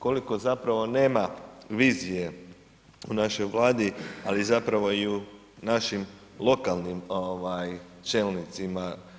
Koliko zapravo nema vizije u našoj Vladi, ali zapravo i u našim lokalnim ovaj čelnicima.